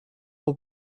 will